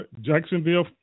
Jacksonville